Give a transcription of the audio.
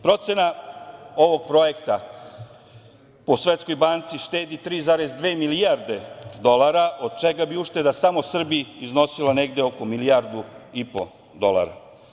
Procena ovog projekta po Svetskoj banci štedi 3,2 milijarde dolara od čega bi ušteda samo Srbiji iznosilo negde oko milijardu i po dolara.